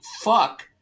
fuck